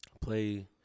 play